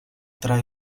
tra